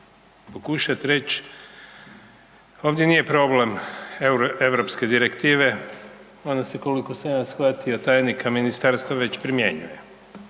pokušat reć' ovdje nije problem Europske Direktive, ona se, koliko sam ja shvatio tajnika Ministarstva već primjenjuje,